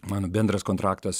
mano bendras kontraktas